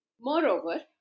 Moreover